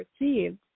received